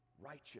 righteous